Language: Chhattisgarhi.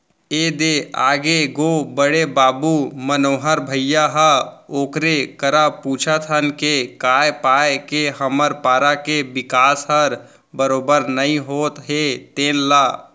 ए दे आगे गो बड़े बाबू मनोहर भइया ह ओकरे करा पूछत हन के काय पाय के हमर पारा के बिकास हर बरोबर नइ होत हे तेन ल